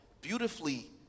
beautifully